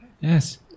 Yes